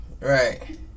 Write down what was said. right